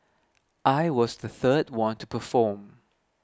I was the third one to perform